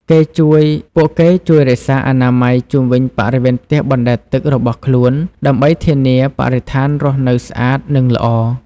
ពួកគេជួយរក្សាអនាម័យជុំវិញបរិវេណផ្ទះបណ្ដែតទឹករបស់ខ្លួន ដើម្បីធានាបរិស្ថានរស់នៅស្អាត និងល្អ។